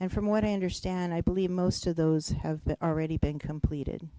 and from what i understand i believe most of those have already been completed